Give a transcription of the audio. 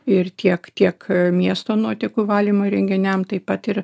ir tiek tiek miesto nuotekų valymo įrenginiams taip pat ir